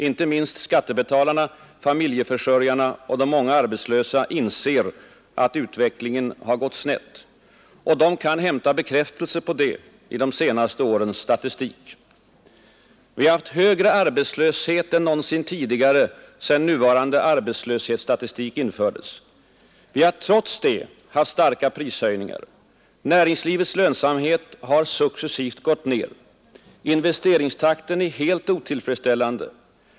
Inte minst skattebetalarna, familjeförsörjarna och de många arbetslösa inser att utvecklingen har gått snett. Och de kan hämta bekräftelse på det i de senaste årens statistik: Vi har haft högre arbetslöshet än någonsin tidigare sedan nuvarande arbetslöshetsstatistik infördes. Vi har trots detta haft starka prishöjningar. Näringslivets lönsamhet har successivt gått ned. Investeringstakten är helt otillfredsställande.